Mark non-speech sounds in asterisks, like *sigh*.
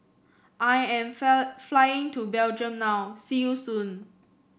I am *noise* flying to Belgium now see you soon